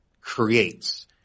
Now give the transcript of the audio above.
creates